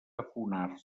afonar